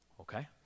Okay